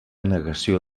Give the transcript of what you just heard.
negació